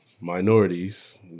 minorities